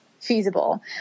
feasible